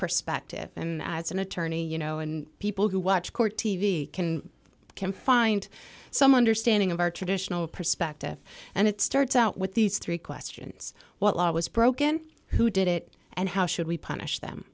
perspective and as an attorney you know and people who watch court t v can can find some understanding of our traditional perspective and it starts out with these three questions what law was broken who did it and how should we punish them